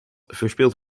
verspild